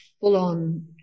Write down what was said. full-on